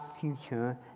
future